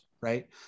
right